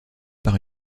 par